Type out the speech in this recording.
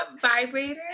vibrator